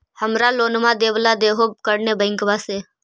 हमरा लोनवा देलवा देहो करने बैंकवा से?